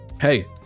hey